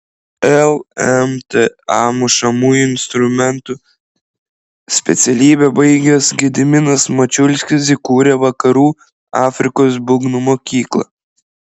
lmta mušamųjų instrumentų specialybę baigęs gediminas mačiulskis įkūrė vakarų afrikos būgnų mokyklą